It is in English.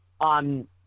on